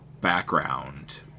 background